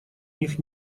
них